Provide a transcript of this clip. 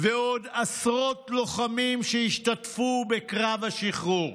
ועוד עשרות לוחמים שהשתתפו בקרב השחרור.